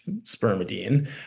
spermidine